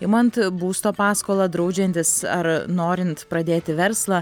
imant būsto paskolą draudžiantis ar norint pradėti verslą